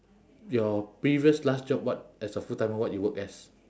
your previous last job what as a full-timer what you work as